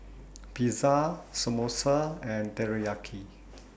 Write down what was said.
Pizza Samosa and Teriyaki